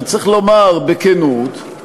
שצריך לומר בכנות,